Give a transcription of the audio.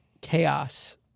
chaos